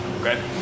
okay